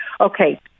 okay